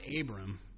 Abram